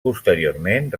posteriorment